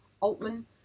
Altman